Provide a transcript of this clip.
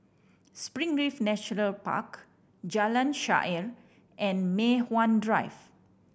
Springleaf Nature Park Jalan Shaer and Mei Hwan Drive